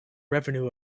revenue